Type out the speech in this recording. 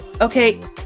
okay